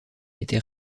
été